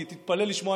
כי תתפלא לשמוע,